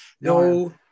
no